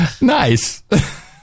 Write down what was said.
Nice